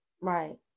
Right